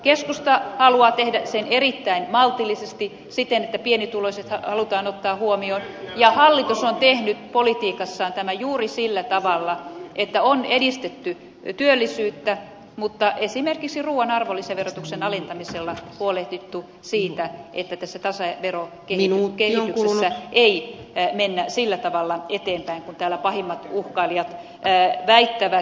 keskusta haluaa tehdä sen erittäin maltillisesti siten että pienituloiset halutaan ottaa huomioon ja hallitus on tehnyt politiikassaan tämän juuri sillä tavalla että on edistetty työllisyyttä mutta esimerkiksi ruuan arvonlisäverotuksen alentamisella huolehdittu siitä että tässä tasaverokehityksessä ei mennä sillä tavalla eteenpäin kuin täällä pahimmat uhkailijat väittävät